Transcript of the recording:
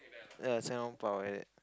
ya Xiao-Long-Bao like that